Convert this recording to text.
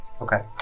okay